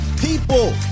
people